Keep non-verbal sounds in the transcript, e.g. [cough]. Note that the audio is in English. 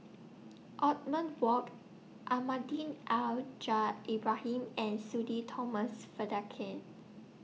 [noise] Othman Wok Almahdi Al jar Ibrahim and Sudhir Thomas Vadaketh